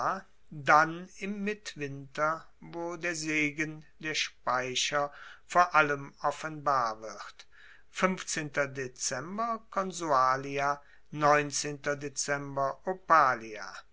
sodann im mittwinter wo der segen der speicher vor allem offenbar wird